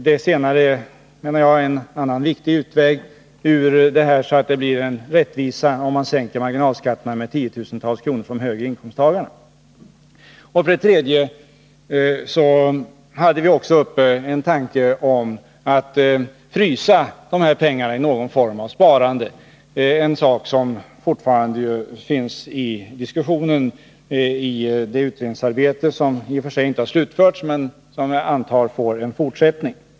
Det senare är, menar jag, en annan viktig utväg för att få rättvisa, om man sänker marignalskatterna med tiotusentals kronor för de högre inkomsttagarna. Vidare hade vi också uppe tanken på att frysa de här pengarna i någon form av sparande. Den tanken finns med i utredningsarbetet om löntagarfonder. Utredningen kommer inte att slutföras men ändå antar jag frågan kommer att diskuteras i fortsättningen.